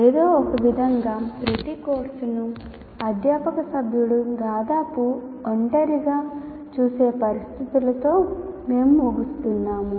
ఏదో ఒకవిధంగా ప్రతి కోర్సును అధ్యాపక సభ్యుడు దాదాపు ఒంటరిగా చూసే పరిస్థితులతో మేము ముగుస్తున్నాము